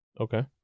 Okay